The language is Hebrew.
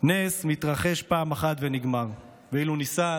נס מתרחש פעם אחת ונגמר, ואילו ניסן